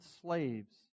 slaves